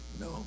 No